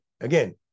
Again